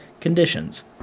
conditions